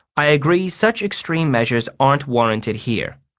i agree such extreme measures aren't warranted here.